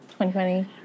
2020